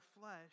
flesh